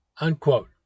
unquote